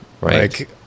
right